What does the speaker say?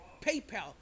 PayPal